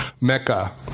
Mecca